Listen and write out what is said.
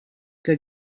que